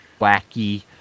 wacky